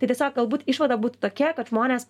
tai tiesiog galbūt išvada būtų tokia kad žmonės